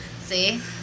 see